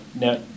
Now